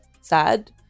sad